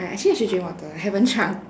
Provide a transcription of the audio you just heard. I actually I should drink water I haven't drunk